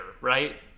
right